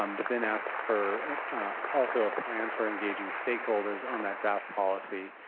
um but then asked for also a plan for engaging stakeholders on that draft policy.